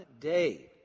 day